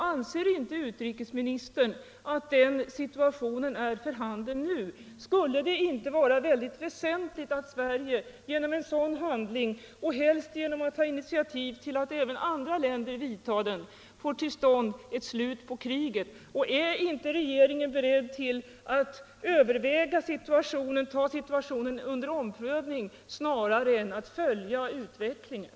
Anser inte utrikesministern att den situationen är för handen nu? Skulle det inte vara väsentligt att Sverige genom en sådan handling, och helst genom att ta initiativ till att även andra länder vidtar den, får till stånd ett slut på kriget? Är inte regeringen beredd att ta situationen under omprövning i stället för att ”följa utvecklingen”?